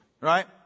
right